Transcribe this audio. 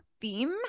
theme